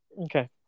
Okay